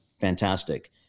fantastic